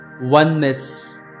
oneness